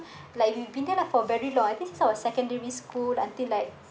like if you been there not for very long I think sort of secondary school until like